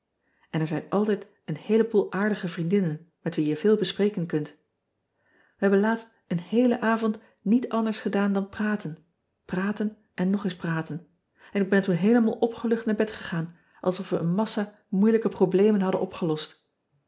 n er zijn altijd een heeleboel aardige vriendinnen met wie je veel bespreken kunt ij hebben laatst een heelen avond niet anders gedaan dan praten praten en nog eens praten en ik ben toen heelemaal opgelucht naar bed gegaan alsof we een massa moeilijke ean ebster adertje angbeen problemen hadden opgelost